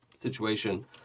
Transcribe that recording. situation